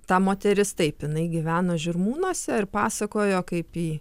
ta moteris taip jinai gyveno žirmūnuose ir pasakojo kaip ji